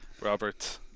Robert